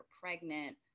pregnant